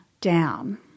down